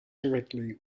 directly